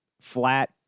Flat